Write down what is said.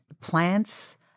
plants